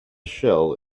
shell